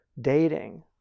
dating